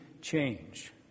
change